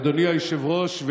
אדוני היושב-ראש,